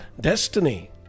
destiny